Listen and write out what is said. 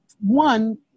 one